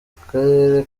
karere